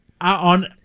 on